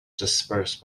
dispersed